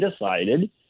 decided